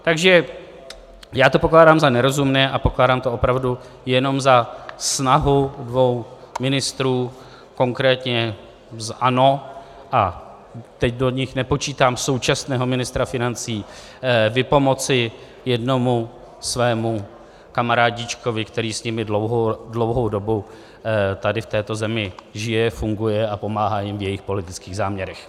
Takže já to pokládám za nerozumné a pokládám to opravdu jenom za snahu dvou ministrů, konkrétně ANO a teď do nich nepočítám současného ministra financí vypomoci jednomu svému kamarádíčkovi, který s nimi dlouhou dobu tady v této zemi žije, funguje a pomáhá jim v jejich politických záměrech.